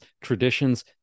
traditions